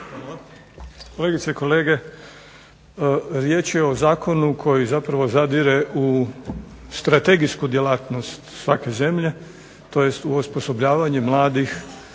Kolegice i kolege, riječ je o Zakonu koji zadire u strategijsku djelatnost svake zemlje, tj. u osposobljavanje mladih